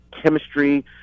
chemistry